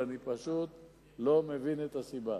ואני פשוט לא מבין את הסיבה.